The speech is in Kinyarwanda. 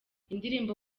indirimbo